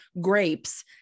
grapes